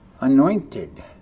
anointed